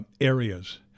areas